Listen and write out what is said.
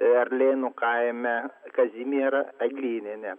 erlėnų kaime kazimierą eglynienę